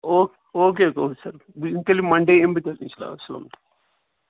او okay okay sir بہٕ یِمہٕ تیٚلہِ مَنڈے یِمہٕ بہٕ تیٚلہِ اسلام علیکُم